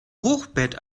hochbett